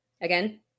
again